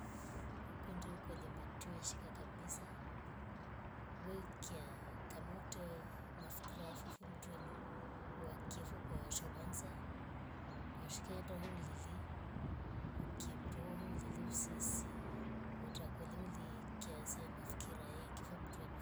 Ukundi ukole matyoe shika kabisa wekya kamoute mafkra fofomtoueni wakiya foo kwasha kwanza kushika ndo hoo lile ukimi toho lilue siesi utakolioulie kiasya mafikra ye ngivo mtu nivo.